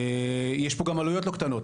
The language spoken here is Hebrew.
יש פה גם עלויות לא קטנות.